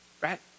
right